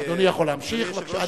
אדוני יכול להמשיך, בבקשה.